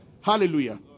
Hallelujah